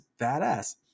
badass